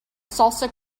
salsa